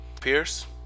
Pierce